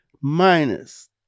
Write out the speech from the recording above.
minus